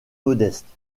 modeste